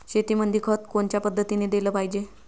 शेतीमंदी खत कोनच्या पद्धतीने देलं पाहिजे?